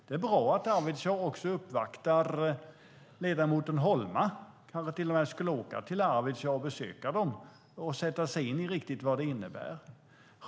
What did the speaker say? Det är bra att Arvidsjaur också uppvaktar ledamoten Holma. Hon kanske till och med skulle åka till Arvidsjaur, besöka dem och sätta sig in i riktigt vad det innebär.